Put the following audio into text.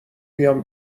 بیام